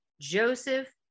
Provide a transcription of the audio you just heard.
Joseph